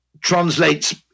translates